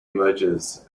emerges